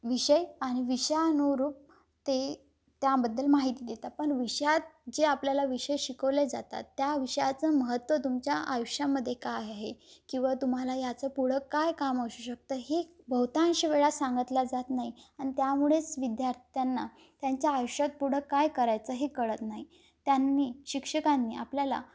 विषय आणि विषयानुरूप ते त्याबद्दल माहिती देतात पण विषयात जे आपल्याला विषय शिकवले जातात त्या विषयाचं महत्त्व तुमच्या आयुष्यामध्ये काय आहे किंवा तुम्हाला याचं पुढं काय काम अस असू शकतं ही बहुतांशी वेळा सांगितल्या जात नाही अन त्यामुळेच विद्यार्थ्यांना त्यांच्या आयुष्यात पुढं काय करायचंही कळत नाही त्यांनी शिक्षकांनी आपल्याला